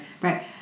right